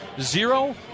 Zero